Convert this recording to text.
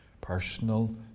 personal